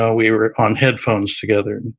ah we were on headphones together, and